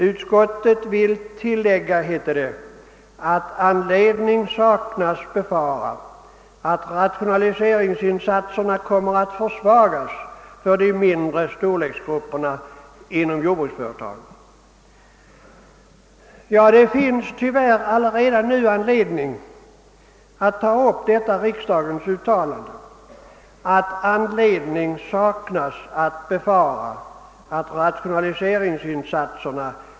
Utskottet vill tillägga, heter det, att anledning saknas befara att rationaliseringsinsatserna kommer att försvagas för de mindre storleksgrupperna inom jordbruksföretagen. Tyvärr finns allaredan nu anledning att ta upp detta riksdagens uttalande.